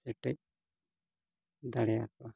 ᱥᱮᱴᱮᱫ ᱫᱟᱲᱮᱭᱟᱠᱚᱣᱟ